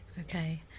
Okay